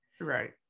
Right